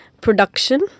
production